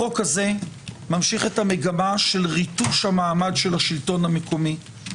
החוק הזה ממשיך את המגמה של ריטוש המעמד של השלטון המקומי.